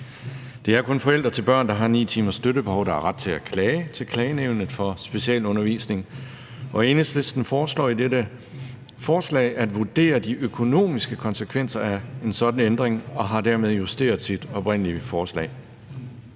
Det er kun forældre til børn, der har 9 timers støttebehov, der har ret til at klage til Klagenævnet for Specialundervisning, og Enhedslisten foreslår i dette forslag at vurdere de økonomiske konsekvenser af en sådan ændring og har dermed justeret sit oprindelige forslag.